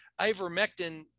ivermectin